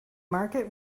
market